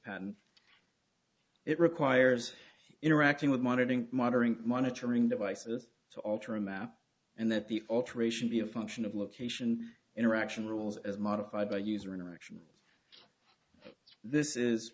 patent it requires interacting with monitoring monitoring monitoring devices to alter a map and that the alteration be a function of location interaction rules as modified by user interaction th